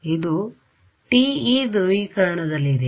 ಆದ್ದರಿಂದ ಇದು TE ಧ್ರುವೀಕರಣದ ದಲ್ಲಿದೆ